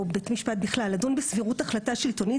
או בית משפט בכלל לדון בסבירות החלטה שלטונית,